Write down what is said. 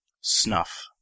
Snuff